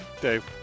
Dave